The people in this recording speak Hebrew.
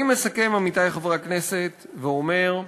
אני מסכם, עמיתי חברי הכנסת, ואומר: